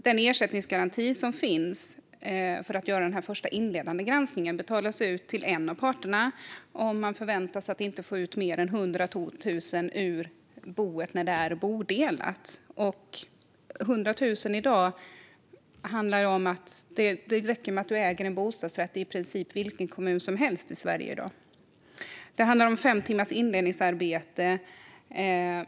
Den ersättningsgaranti som finns för att göra den första inledande granskningen betalas ut till en av parterna om man inte förväntas att få ut mer än 100 000 kronor ur boet när det är bodelat. Det räcker med att man äger en bostadsrätt i princip i vilken kommun som helst i Sverige i dag för att komma över 100 000 kronor. Det handlar också om fem timmars inledningsarbete.